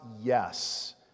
yes